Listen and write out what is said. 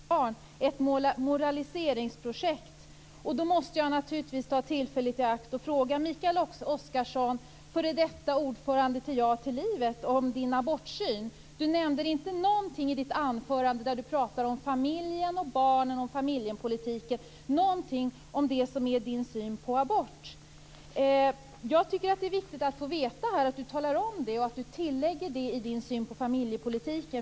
Fru talman! Mikael Oscarsson kallar den socialdemokratiska familjepolitiken och vår syn på barn ett moraliseringsprojekt. Då måste jag naturligtvis ta tillfället i akt att fråga Mikael Oscarsson, f.d. ordförande i Ja till livet, om hans abortsyn. Han nämner inte någonting i sitt anförande, där han pratar om familjen, barnen och familjepolitiken, om sin syn på abort. Jag tycker att det är viktigt att få veta detta. Han bör tillägga detta när det gäller synen på familjepolitiken.